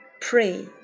Pray